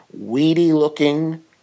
weedy-looking